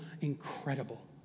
incredible